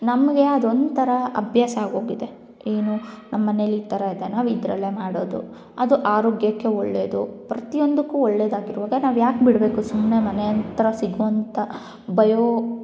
ನಮಗೆ ಅದೊಂಥರ ಅಭ್ಯಾಸ ಆಗೋಗಿದೆ ಏನು ನಮ್ಮನೆಯಲ್ಲಿ ಈ ಥರ ಇದೆ ನಾವು ಇದರಲ್ಲೇ ಮಾಡೋದು ಅದು ಆರೋಗ್ಯಕ್ಕೆ ಒಳ್ಳೇದು ಪ್ರತಿಯೊಂದಕ್ಕೂ ಒಳ್ಳೇದಾಗಿರುವಾಗ ನಾವು ಯಾಕೆ ಬಿಡಬೇಕು ಸುಮ್ನೆ ಮನೆ ಹತ್ರ ಸಿಗೋವಂಥ ಬಯೋ